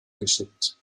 geschickt